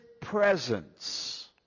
presence